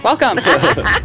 welcome